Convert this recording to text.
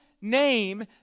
name